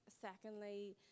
secondly